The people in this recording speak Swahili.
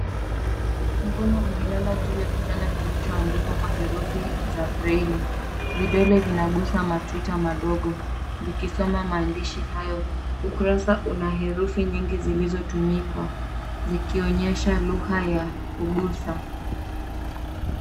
Mkono umelala juu ya kitanda kilichoandikwa kwa herufi za breli. Vidole vinagusa matuta madogo, vikisoma maandishi hayo. Ukurasa una herufi nyingi zilizotumika, zikionyesha lugha ya kugusa.